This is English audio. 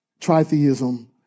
Tritheism